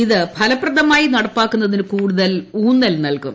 അത് ഫലപ്രദമായി നടപ്പാക്കുന്നതിന് കൂടുതൽ ഊന്നൽ നൽകും